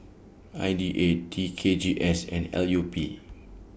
I D A T K G S and L U P